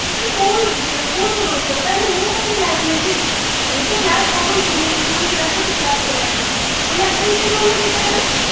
ସେ ତ ସ୍କୁଲ ସ୍କୁଲକୁ ଦେଉଛ ତା'ହେଲେ ମୁଁ କାହିଁକି ଲାଇବଲ୍ ହେବି ମୁଁ ତ କ୍ଳାସ୍ କରୁଛି ମୁଁ ପିଲାଙ୍କୁ ଡାକୁଛି କ୍ଳାସ୍ କରିବା ପାଇଁ ତୁମେ ଆଟେଣ୍ଡ କାହିଁ କରୁନ ଠିକ ଟାଇମ୍ରେ